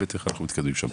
איך אנחנו מתקדמים שם.